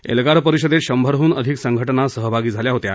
एल्गार परिषदेत शंभरहून अधिक संघटना सहभागी झाल्या होत्या